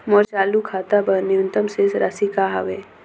मोर चालू खाता बर न्यूनतम शेष राशि का हवे?